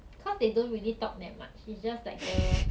cause they don't really talk that much it's just like the